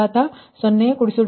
ಆದ್ದರಿಂದ 2